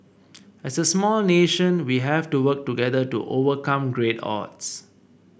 as a small nation we have to work together to overcome great odds